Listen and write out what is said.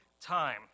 time